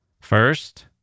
First